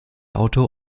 autor